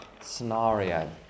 scenario